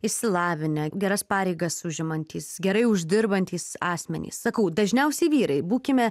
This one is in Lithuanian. išsilavinę geras pareigas užimantys gerai uždirbantys asmenys sakau dažniausiai vyrai būkime